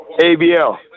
ABL